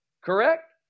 Correct